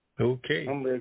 Okay